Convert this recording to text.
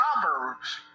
Proverbs